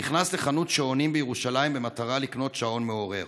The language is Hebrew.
נכנס לחנות שעונים בירושלים במטרה לקנות שעון מעורר.